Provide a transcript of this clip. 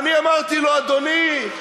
אני אמרתי לו: אדוני,